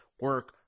Work